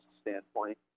standpoint